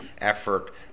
effort